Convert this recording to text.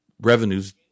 revenues